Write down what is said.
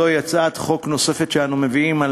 זוהי הצעת חוק נוספת שאנחנו מביאים על